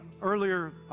earlier